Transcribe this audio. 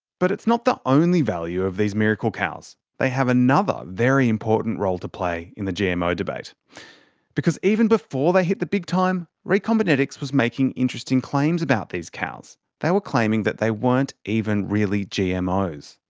but it's not the only value of these miracle cows. they have another very important role to play in the gmo debate because, even before they hit the big time, recombinetics was making interesting claims about these cows. they were claiming that they weren't even really gmos.